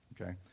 okay